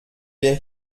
wir